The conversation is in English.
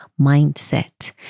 mindset